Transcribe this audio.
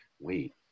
wait